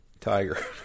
tiger